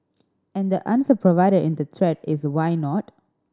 and the answer provided in the thread is why not